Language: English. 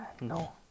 No